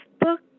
book